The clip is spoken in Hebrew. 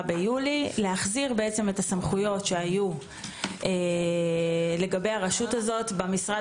ביולי להחזיר את הסמכויות שהיו ברשות הזאת במשרד